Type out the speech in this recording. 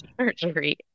surgery